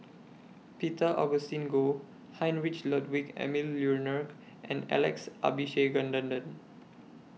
Peter Augustine Goh Heinrich Ludwig Emil and Alex Abisheganaden